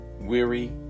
weary